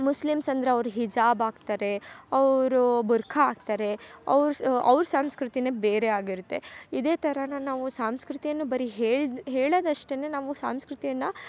Muslims ಅಂದರೆ ಅವ್ರ ಹಿಜಾಬ್ ಹಾಕ್ತಾರೆ ಅವರು ಬುರ್ಕ ಹಾಕ್ತಾರೆ ಅವ್ರ ಸ್ ಅವ್ರ ಸಂಸ್ಕೃತಿನೇ ಬೇರೆ ಆಗಿರುತ್ತೆ ಇದೇ ಥರಾನ ನಾವು ಸಂಸ್ಕೃತಿಯನ್ನು ಬರಿ ಹೇಳಿ ಹೇಳದ ಅಷ್ಟೇನೇ ನಾವು ಸಂಸ್ಕೃತಿಯನ್ನ